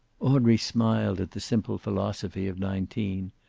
audrey smiled at the simple philosophy of nineteen,